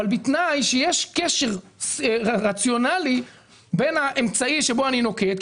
אבל בתנאי שיש קשר רציונלי בין האמצעי שבו אני נוקט,